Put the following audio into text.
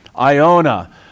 Iona